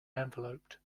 enveloped